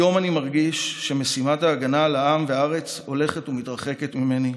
היום אני מרגיש שמשימת ההגנה על העם והארץ הולכת ומתרחקת ממני,